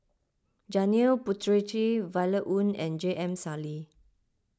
Janil Puthucheary Violet Oon and J M Sali